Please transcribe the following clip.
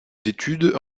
d’études